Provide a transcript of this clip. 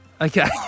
Okay